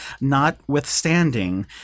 notwithstanding